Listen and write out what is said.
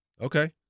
Okay